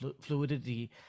fluidity